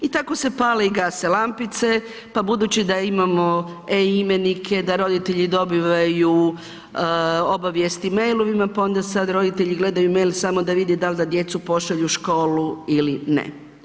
I tako se pale i gase lampice pa budući da imamo e-imenike da roditelji dobivaju obavijesti mailovima, pa onda sad roditelji gledaju mail samo da vide da li da djecu pošalju u školu ili ne.